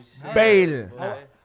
Bale